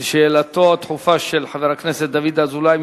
שאילתא דחופה של חבר הכנסת דוד אזולאי,